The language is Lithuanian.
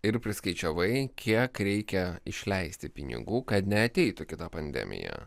ir priskaičiavai kiek reikia išleisti pinigų kad neateitų kita pandemija